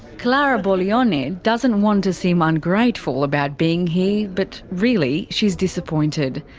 clara boglione doesn't want to seem ungrateful about being here, but really she's disappointed.